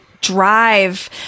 drive